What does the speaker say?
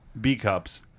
B-cups